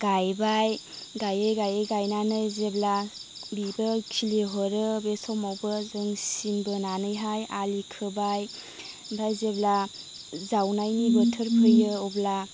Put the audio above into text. गायबाय गायै गायै गायनानै जेब्ला बिबो खिलिहरो बे समावबो जों सिन बोनानैहाय आलि खोबाय ओमफ्राय जेब्ला जावनायनि बोथोर फैयो अब्ला